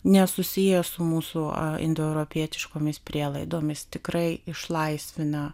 nesusiję su mūsų indoeuropietiškomis prielaidomis tikrai išlaisvina